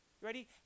Ready